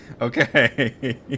Okay